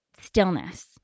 stillness